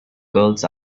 girls